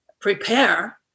prepare